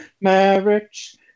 marriage